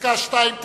שפסקה (2) תימחק,